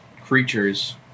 creatures